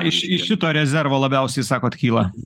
iš iš šito rezervo labiausiai sakot kyla